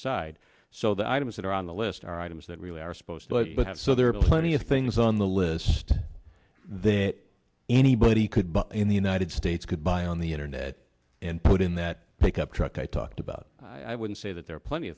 decide so the items that are on the list are items that really are supposed to have so there are plenty of things on the list there anybody could but in the united states could buy on the internet and put in that pickup truck i talked about i would say that there are plenty